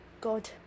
God